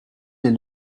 est